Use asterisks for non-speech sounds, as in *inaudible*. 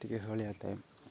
ଟିକେ *unintelligible* ତେ